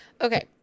Okay